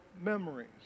memories